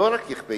לא רק יכפה,